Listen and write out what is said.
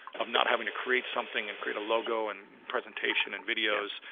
of not having to create something and create a logo and presentation and videos,